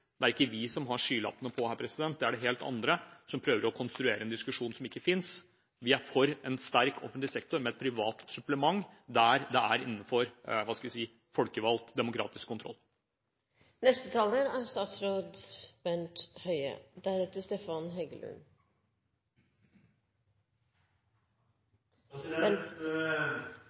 Det er ikke vi som har skylappene på her, det er det helt andre som har, som prøver å konstruere en diskusjon som ikke finnes. Vi er for en sterk offentlig sektor med et privat supplement der det er innenfor folkevalgt demokratisk kontroll.